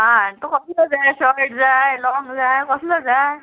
आं तो कसलो जाय शॉर्ट जाय लाँग जाय कसलो जाय